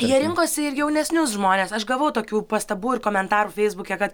jie rinkosi ir jaunesnius žmones aš gavau tokių pastabų ir komentarų feisbuke kad